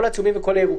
כל הצהובים וכל הירוקים.